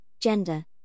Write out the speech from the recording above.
gender